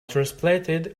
transplanted